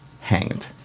hanged